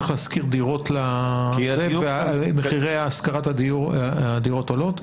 צריך להשכיר דירות ומחירי ההשכרה של הדירות עולים?